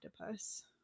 octopus